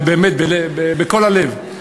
באמת מכל הלב,